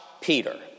Peter